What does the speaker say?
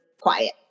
quiet